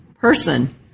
person